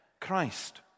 Christ